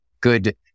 good